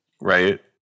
right